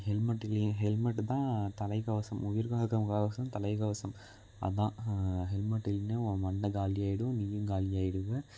helmet இல்லையே helmet தான் தலைக்கவசம் உயிர்காக்கும் கவசம் தலைக்கவசம் அதுதான் ஹெல்மெட் இல்லைன்னா ஓன் மண்டை காலி ஆகிடும் நீயும் காலி ஆகிடுவ